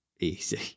Easy